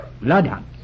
Bloodhounds